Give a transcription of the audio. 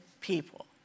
people